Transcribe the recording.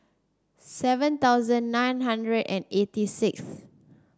seven thousand nine hundred and eighty sixth